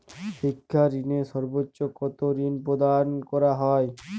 শিক্ষা ঋণে সর্বোচ্চ কতো ঋণ প্রদান করা হয়?